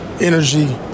energy